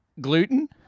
gluten